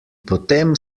potem